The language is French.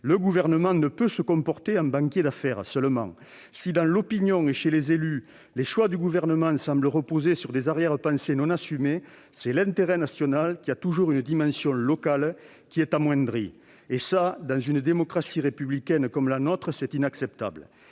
Le Gouvernement ne peut pas se comporter uniquement en banquier d'affaires. Si, dans l'opinion et chez les élus, les choix du Gouvernement semblent reposer sur des arrière-pensées non assumées, c'est l'intérêt national, qui a toujours une dimension locale, qui est amoindri. Or, dans une démocratie républicaine comme la nôtre, c'est inacceptable